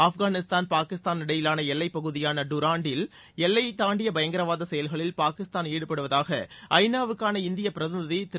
ஆப்கானிஸ்தான் பாகிஸ்தான் இடையிலான எல்லைப் பகுதியான டுராண்டில் எல்லை தாண்டிய பயங்கரவாத செயல்களில் பாகிஸ்தான் ஈடுபடுவதாக ஐ நா வுக்கான இந்திய பிரதிநிதி திரு